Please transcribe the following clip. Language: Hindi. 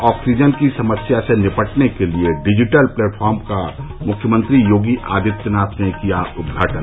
ऑक्सीजन की समस्या से निपटने के लिये डिजिटल प्लेटफार्म का मुख्यमंत्री योगी आदित्यनाथ ने किया उद्घाटन